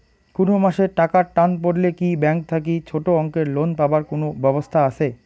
কুনো মাসে টাকার টান পড়লে কি ব্যাংক থাকি ছোটো অঙ্কের লোন পাবার কুনো ব্যাবস্থা আছে?